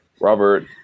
Robert